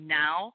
now